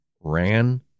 ran